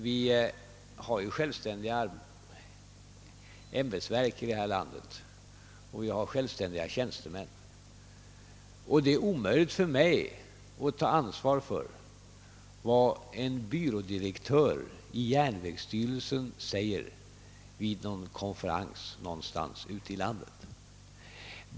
Vi har ju självständiga ämbetsverk i detta land och självständiga tjänstemän, och det är omöjligt för mig att ta ansvar för vad en byrådirektör i järnvägsstyrelsen säger vid någon konferens någonstans ute i landet.